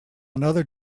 another